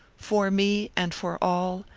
for me and for all,